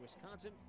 Wisconsin